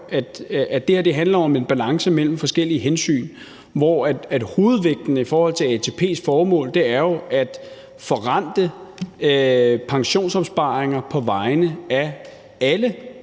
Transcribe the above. at det her handler om en balance mellem forskellige hensyn. Og hovedvægten i forhold til ATP's formål er jo at forrente pensionsopsparinger på vegne af alle